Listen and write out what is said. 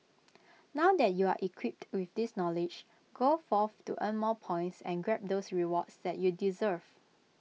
now that you're equipped with this knowledge go forth to earn more points and grab those rewards that you deserve